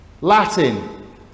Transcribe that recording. Latin